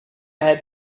had